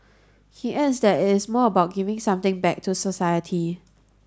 he adds that it is more about giving something back to society